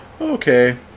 okay